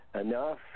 enough